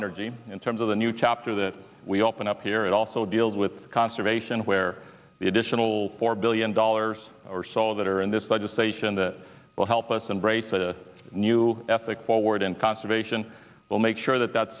energy in terms of the new chapter that we open up here it also deals with conservation where the additional four billion dollars or so that are in this legislation that will help us embrace the new ethic forward and conservation will make sure that that